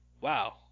wow